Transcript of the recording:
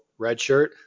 redshirt